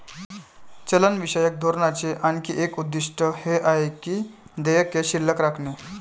चलनविषयक धोरणाचे आणखी एक उद्दिष्ट हे आहे की देयके शिल्लक राखणे